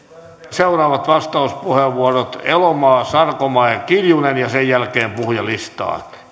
seuraavat vastauspuheenvuorot elomaa sarkomaa ja kiljunen ja sen jälkeen puhujalistaan